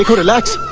ah relax?